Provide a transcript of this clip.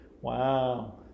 Wow